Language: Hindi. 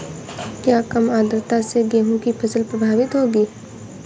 क्या कम आर्द्रता से गेहूँ की फसल प्रभावित होगी?